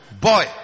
boy